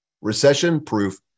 Recession-proof